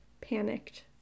panicked